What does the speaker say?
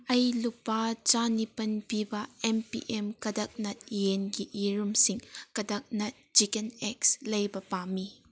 ꯑꯩ ꯂꯨꯄꯥ ꯆꯥꯅꯤꯄꯥꯜ ꯄꯤꯕ ꯑꯦꯝ ꯄꯤ ꯑꯦꯝ ꯀꯗꯛꯅꯠ ꯌꯦꯟꯒꯤ ꯌꯦꯔꯨꯝꯁꯤꯡ ꯀꯗꯛꯅꯠ ꯆꯤꯀꯟ ꯑꯦꯛꯁ ꯂꯩꯕ ꯄꯥꯝꯃꯤ